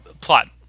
plot